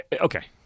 Okay